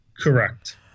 Correct